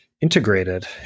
integrated